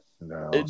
No